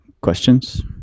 Questions